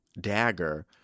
dagger